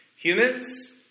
Humans